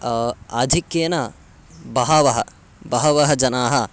आधिक्येन बहवः बहवः जनाः